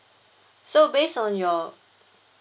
so based on your